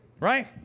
Right